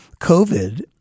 COVID